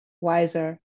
wiser